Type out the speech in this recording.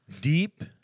deep